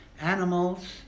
animals